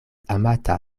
amata